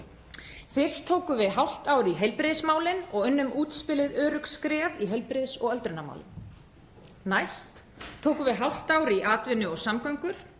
Fyrst tókum við hálft ár í heilbrigðismálin og unnum útspilið Örugg skref í heilbrigðis- og öldrunarmálum. Næst tókum við hálft ár í atvinnu og samgöngur,